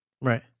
Right